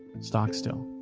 stock-still.